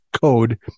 code